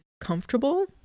comfortable